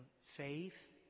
faith